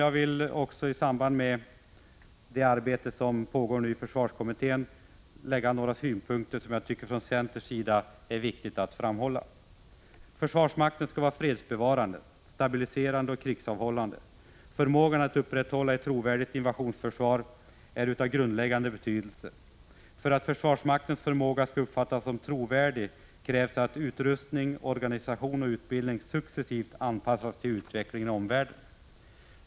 Jag vill i samband med det arbete som nu pågår i försvarskommittén anföra några synpunkter som vi från centerns sida tycker är viktiga att framhålla. Försvarsmakten skall vara fredsbevarande, stabiliserande och krigsavhållande. Förmågan att upprätthålla ett trovärdigt invasionsförsvar är av grundläggande betydelse. För att försvarsmaktens förmåga skall uppfattas som trovärdig krävs att utrustning, organisation och utbildning successivt anpassas till utvecklingen i omvärlden.